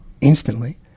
instantly